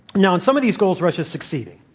now, in some of these goals russia is succeeding.